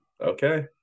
okay